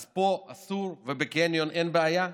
אז פה אסור ובסופרמרקט אין בעיה?